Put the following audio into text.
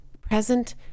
present